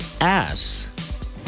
ass